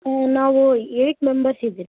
ನಾವು eight members ಇದಿರಿ